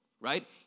right